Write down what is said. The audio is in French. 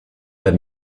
pas